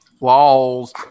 Laws